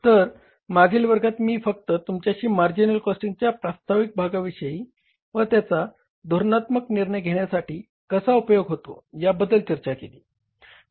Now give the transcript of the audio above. तर मागील वर्गात मी फक्त तुमच्याशी मार्जिनल कॉस्टिंगच्या प्रास्ताविक भागाविषयी व त्याचा धोरणात्मक निर्णय घेण्यासाठी कसा उपयोग होतो याबद्दल चर्चा केली